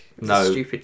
no